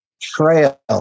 trail